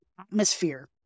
atmosphere